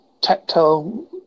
tactile